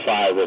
Five